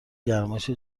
گرمایش